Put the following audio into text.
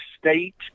state